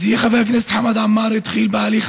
ידידי חבר הכנסת חמד עמאר התחיל בהליך